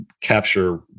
capture